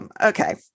Okay